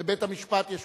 בבית-המשפט יש